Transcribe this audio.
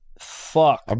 Fuck